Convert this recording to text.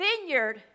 vineyard